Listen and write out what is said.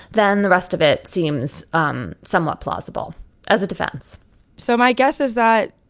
then the rest of it seems um somewhat plausible as a defense so my guess is that